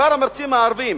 מספר המרצים הערבים